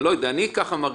אני מרגיש כך,